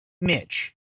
mitch